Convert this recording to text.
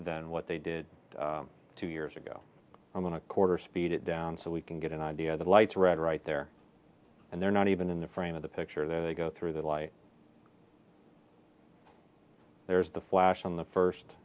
than what they did two years ago when a quarter speed it down so we can get an idea that lights red right there and they're not even in the frame of the picture they go through the light there's the flash on the first